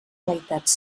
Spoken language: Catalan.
meitats